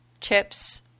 chips